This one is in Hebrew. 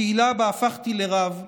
הקהילה שבה הפכתי לרב,